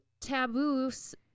taboos